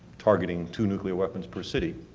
targeting two nuclear weapons per city,